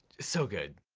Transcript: so good.